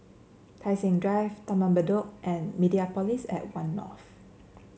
Tai Seng Drive Taman Bedok and Mediapolis at One North